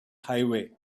highway